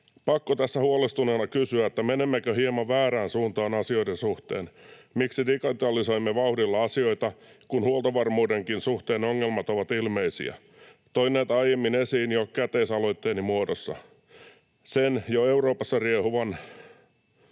Pakko tässä huolestuneena kysyä, menemmekö hieman väärään suuntaan asioiden suhteen. Miksi digitalisoimme vauhdilla asioita, kun huoltovarmuudenkin suhteen ongelmat ovat ilmeisiä? Toin näitä aiemmin esiin jo käteisaloitteeni muodossa. Jo Euroopassa riehuva